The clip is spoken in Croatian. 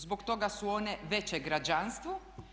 Zbog toga su one veće građanstvu.